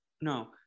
No